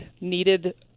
needed